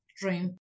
dream